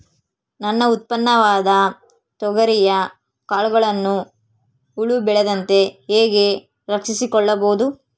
ನನ್ನ ಉತ್ಪನ್ನವಾದ ತೊಗರಿಯ ಕಾಳುಗಳನ್ನು ಹುಳ ಬೇಳದಂತೆ ಹೇಗೆ ರಕ್ಷಿಸಿಕೊಳ್ಳಬಹುದು?